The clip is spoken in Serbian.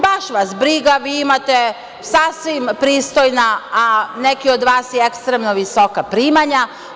Baš vas briga, vi imate sasvim pristojna, a neki od vas i ekstremno visoka primanja.